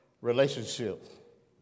relationship